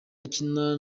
akina